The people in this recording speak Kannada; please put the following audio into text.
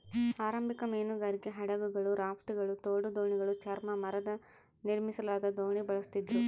ಆರಂಭಿಕ ಮೀನುಗಾರಿಕೆ ಹಡಗುಗಳು ರಾಫ್ಟ್ಗಳು ತೋಡು ದೋಣಿಗಳು ಚರ್ಮ ಮರದ ನಿರ್ಮಿಸಲಾದ ದೋಣಿ ಬಳಸ್ತಿದ್ರು